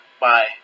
Bye